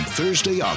Thursday